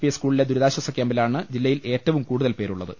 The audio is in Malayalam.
പി സ്കൂളിലെ ദുരി താശ്വാസ കൃാമ്പിലാണ് ജില്ലയിൽ ഏറ്റവും കൂടുതൽ പേരുള്ള ത്